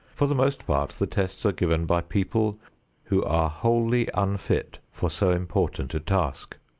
for the most part the tests are given by people who are wholly unfit for so important a task.